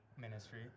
ministry